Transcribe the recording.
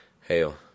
Hell